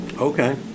Okay